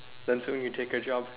then soon we take a job